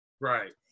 Right